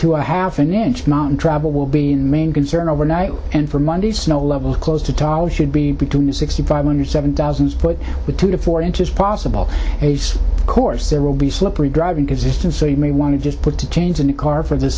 to a half an inch mountain travel will be main concern overnight and for monday snow level close to talk should be between a sixty five hundred seven thousand foot with two to four inches possible of course there will be slippery driving distance so you may want to just put the change in the car for the